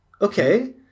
Okay